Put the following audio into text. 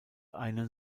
einen